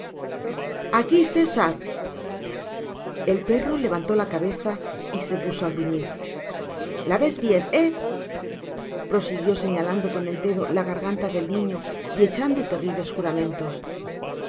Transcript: aqui cesar el perro levautó la cabeza y se puso á gruñir la vés bien he prosiguió señalando con el dedo la garganta del niño y echando terribles juramentos